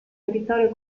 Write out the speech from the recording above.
territorio